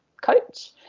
coach